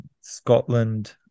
Scotland